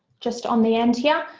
just on the end here.